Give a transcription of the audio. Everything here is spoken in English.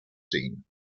scene